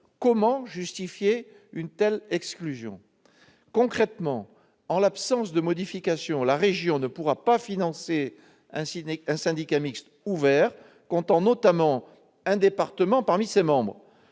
Comment justifier une telle exclusion ? En l'absence de modifications, la région ne pourra pas financer un syndicat mixte ouvert comptant, notamment, un département parmi ses membres.